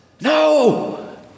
No